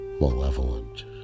malevolent